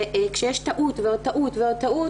כשיש טעות ועוד טעות ועוד טעות,